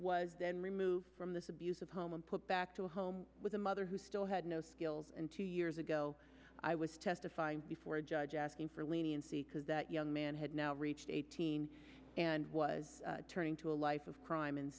was then removed from this abusive home and put back to a home with a mother who still had no skills and two years ago i was testifying before a judge asking for leniency because that young man had now reached eighteen and was turning to a life of crime and